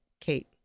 kate